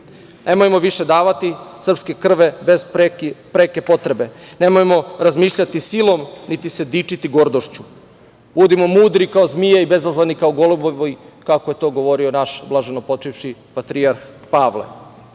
više davati srpske krvi bez preke potrebe. Nemojmo razmišljati silom, niti se dičiti gordošću. Budimo mudri kao zmije i bezazleni kao golubovi, kako je govorio to naš blaženo počivši patrijarh Pavle. Dajmo